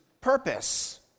purpose